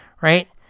right